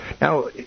Now